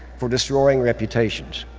for destroying reputations.